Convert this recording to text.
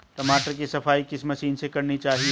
टमाटर की सफाई किस मशीन से करनी चाहिए?